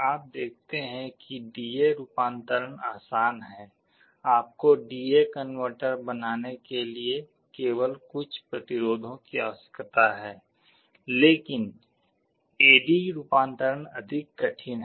आप देखते हैं कि डी ए रूपांतरण आसान है आपको डी ए कनवर्टर बनाने के लिए केवल कुछ प्रतिरोधों की आवश्यकता है लेकिन ए डी रूपांतरण अधिक कठिन है